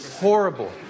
Horrible